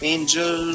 Angel